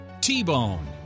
T-Bone